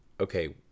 okay